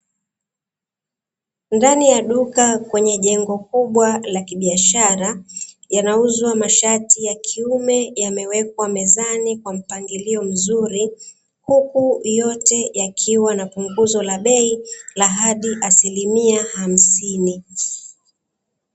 Ndani ya duka kwenye jengo kubwa la kibiashara. Yanauzwa mashati ya kiume, yamewekwa mezani kwa mpangilio mzuri huku yote yakiwa na punguzo la bei la hadi asilimia hamsini.